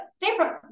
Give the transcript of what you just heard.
different